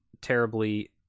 terribly